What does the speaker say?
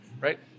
Right